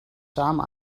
samen